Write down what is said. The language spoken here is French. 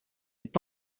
est